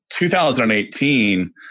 2018